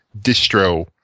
distro